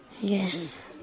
Yes